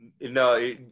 No